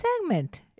segment